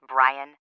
Brian